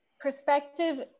perspective